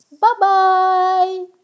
Bye-bye